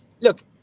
Look